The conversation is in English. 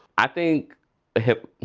i think the hip.